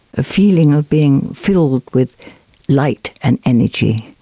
a feeling of being filled with light and energy,